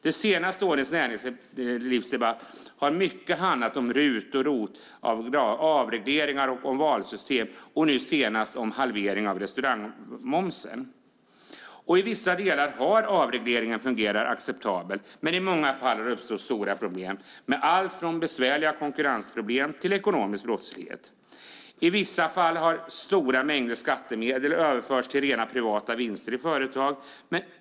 De senaste årens näringslivsdebatt har mycket handlat om RUT och ROT-avdrag, om avregleringar och om valsystem. Nu senast handlade det om en halvering av restaurangmomsen. I vissa delar har avregleringen fungerat acceptabelt, men i många fall har det uppstått stora problem med allt från besvärliga konkurrensproblem till ekonomisk brottslighet. I vissa fall har stora mängder skattemedel överförts till rena vinster i privata företag.